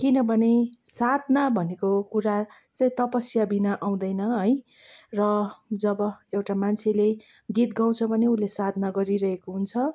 किनभने साधना भन्ने कुरा चाहिँ तपस्या बिना आउँदैन है र जब एउटा मान्छेले गीत गाउँछ भने उसले साधना गरिरहेको हुन्छ